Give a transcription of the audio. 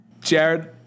Jared